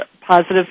positive